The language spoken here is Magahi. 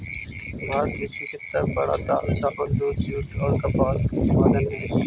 भारत विश्व के सब से बड़ा दाल, चावल, दूध, जुट और कपास उत्पादक हई